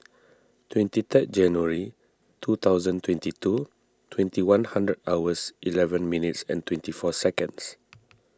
twenty third January two thousand twenty two twenty one hundred hours eleven minutes and twenty four seconds